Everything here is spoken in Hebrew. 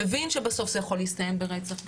מבין שבסוף זה יכול להסתיים ברצח.